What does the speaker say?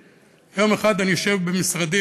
יום אחד אני יושב במשרדי,